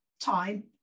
time